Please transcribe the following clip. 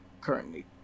currently